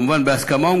כמובן בהסכמה,